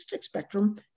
spectrum